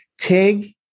Tig